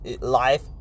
life